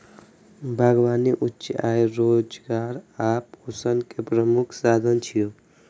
बागबानी उच्च आय, रोजगार आ पोषण के प्रमुख साधन छियै